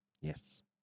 Yes